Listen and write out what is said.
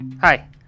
Hi